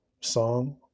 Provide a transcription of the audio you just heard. song